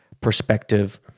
perspective